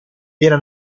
era